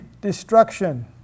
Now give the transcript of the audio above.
destruction